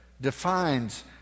defines